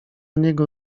niego